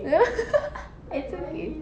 it's okay